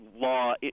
law